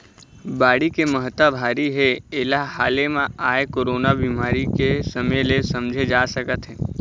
बाड़ी के महत्ता भारी हे एला हाले म आए कोरोना बेमारी के समे ले समझे जा सकत हे